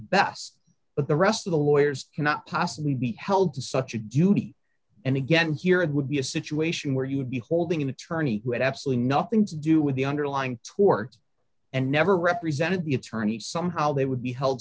best but the rest of the lawyers cannot possibly be held to such a duty and again here it would be a situation where you would be holding an attorney who had absolutely nothing to do with the underlying torts and never represented the attorney somehow they would be held